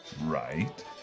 Right